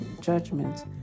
judgments